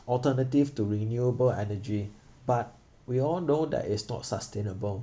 alternative to renewable energy but we all know that it's not sustainable